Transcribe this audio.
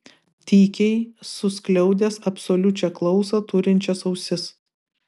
tykiai suskliaudęs absoliučią klausą turinčias ausis